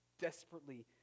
Desperately